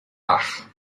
ach